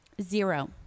Zero